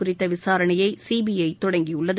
குறித்த விசாரணையை சிபிஐ தொடங்கியுள்ளது